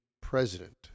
President